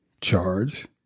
charge